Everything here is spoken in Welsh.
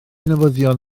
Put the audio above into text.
newyddion